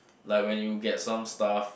like when you get some stuff